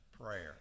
prayer